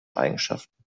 eigenschaften